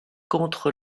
contre